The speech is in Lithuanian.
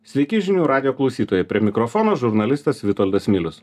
sveiki žinių radijo klausytojai prie mikrofono žurnalistas vitoldas milius